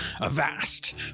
Avast